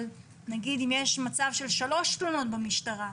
אבל אם יש מצב של 3 תלונות במשטרה,